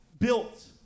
built